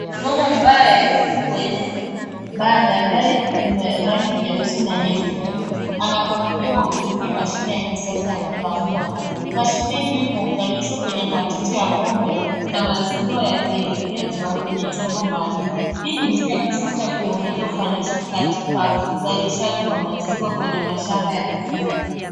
Ngome ambaye yuko kwenye banda ambaye ni mwenye rangi nyeusi na nyeupe amekamliwa akitumia mashine ya kisasa ya kukama, mashine hiyo imeunganishwa kwenye matiti ya ngombe na maziwa yakielekezwa kwenye chombo maalum ,hii ni njia ya kisasa ya kuongeza ufanisi katika uzalizaji wa maziwa kenye mashamba ya mifugo.